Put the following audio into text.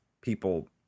people